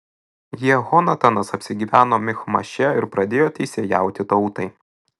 jehonatanas apsigyveno michmaše ir pradėjo teisėjauti tautai